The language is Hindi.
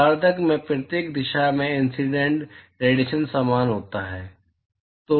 गोलार्द्ध में प्रत्येक दिशा में इंसीडेंट इरेडिएशन समान होता है